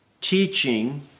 teaching